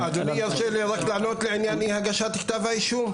אדוני ירשה לי רק לענות לעניין אי-הגשת כתב האישום?